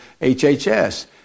hhs